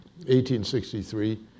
1863